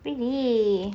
really